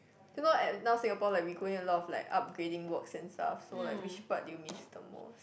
do you know at now Singapore like we going a lot of like upgrading work and stuff so like which part do you miss the most